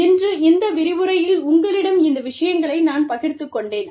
இன்று இந்த விரிவுரையில் உங்களிடம் இந்த விஷயங்களை நான் பகிர்ந்து கொண்டேன்